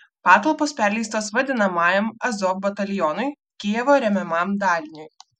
patalpos perleistos vadinamajam azov batalionui kijevo remiamam daliniui